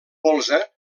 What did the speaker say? polze